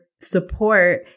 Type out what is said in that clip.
support